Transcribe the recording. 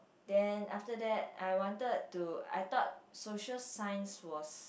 then after that I wanted to I thought social science was